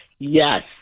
Yes